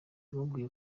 yamubwiye